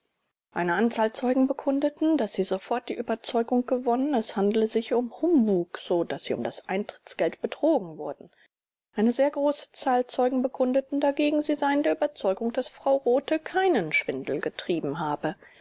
eine anzahl zeugen bekundeten daß sie sofort die überzeugung gewonnen es handle sich um humbug so daß sie um das eintrittsgeld betrogen wurden eine sehr große zahl zeugen bekundeten dagegen sie seien der überzeugung daß frau rothe keinen schwindel getrieben habe